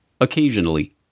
occasionally